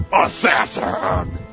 assassin